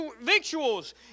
victuals